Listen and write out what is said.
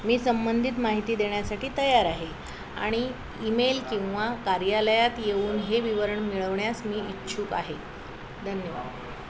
मी संबंधित माहिती देण्यासाठी तयार आहे आणि ई मेल किंवा कार्यालयात येऊन हे विवरण मिळवण्यास मी इच्छुक आहे धन्यवाद